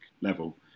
level